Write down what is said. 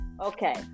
okay